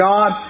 God